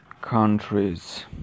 countries